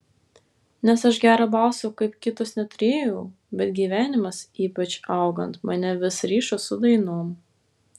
nes aš gero balso kaip kitos neturėjau bet gyvenimas ypač augant mane vis rišo su dainom